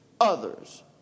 others